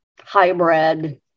hybrid